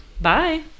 Bye